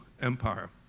empire